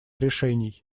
решений